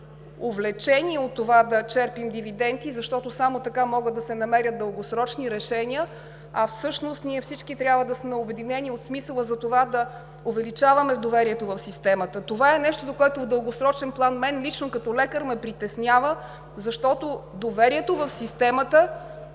увлечение от това да черпим дивиденти, защото само така могат да се намерят дългосрочни решения, а всъщност ние всички трябва да сме обединени от смисъла за това да увеличаваме доверието в система. Това е нещото, което в дългосрочен план лично мен като лекар ме притеснява. Доверието в системата